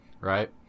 Right